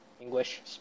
English